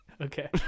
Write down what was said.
Okay